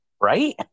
Right